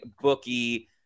bookie